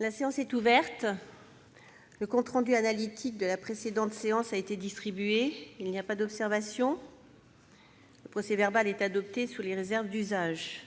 La séance est ouverte. Le compte rendu analytique de la précédente séance a été distribué. Il n'y a pas d'observation ?... Le procès-verbal est adopté sous les réserves d'usage.